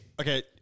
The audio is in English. okay